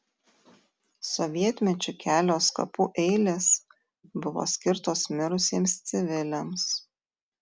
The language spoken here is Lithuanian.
sovietmečiu kelios kapų eilės buvo skirtos mirusiems civiliams